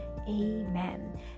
amen